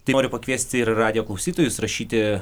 tai noriu pakviesti ir radijo klausytojus rašyti